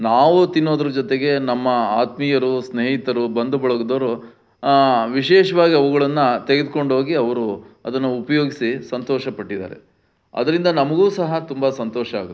ನಾವು ತಿನ್ನೋದ್ರ ಜೊತೆಗೆ ನಮ್ಮ ಆತ್ಮೀಯರೂ ಸ್ನೇಹಿತರು ಬಂಧು ಬಳಗದವ್ರು ವಿಶೇಷ್ವಾಗಿ ಅವುಗಳನ್ನು ತೆಗೆದ್ಕೊಂಡು ಹೋಗಿ ಅವರು ಅದನ್ನ ಉಪಯೋಗ್ಸಿ ಸಂತೋಷ ಪಟ್ಟಿದ್ದಾರೆ ಅದರಿಂದ ನಮಗೂ ಸಹ ತುಂಬ ಸಂತೋಷ ಆಗುತ್ತೆ